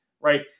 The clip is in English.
right